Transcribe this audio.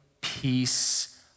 peace